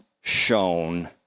shown